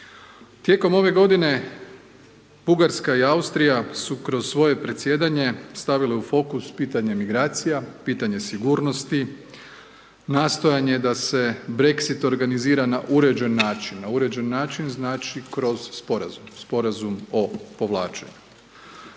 Tijekom ove godine Bugarska i Austrija su kroz svoje predsjedanje stavile u fokus pitanje migracija, pitanje sigurnosti, nastojanje da se Brexit organizira na uređen način. Na uređen način znači kroz Sporazum, Sporazum o povlačenju.